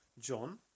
John